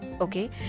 okay